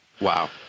Wow